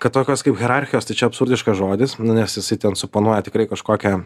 kad tokios kaip hierarchijos tai čia absurdiškas žodis nu nes jisai ten suoponuoja tikrai kažkokią